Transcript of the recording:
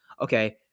okay